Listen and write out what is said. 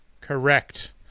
Correct